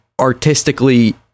artistically